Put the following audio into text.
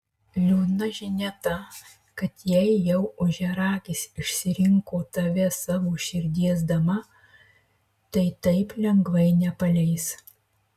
liūdna žinia ta kad jei jau ožiaragis išsirinko tave savo širdies dama tai taip lengvai nepaleis